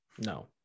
No